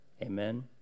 Amen